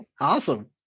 Awesome